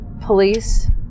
police